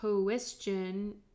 question